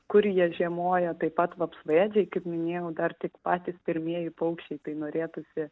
kur jie žiemoja taip pat vapsvaėdžiai kaip minėjau dar tik patys pirmieji paukščiai tai norėtųsi